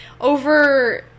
over